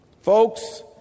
Folks